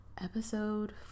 episode